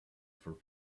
for